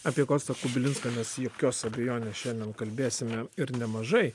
apie kostą kubilinską mes jokios abejonės šiandien kalbėsime ir nemažai